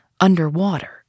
underwater